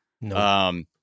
No